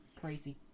crazy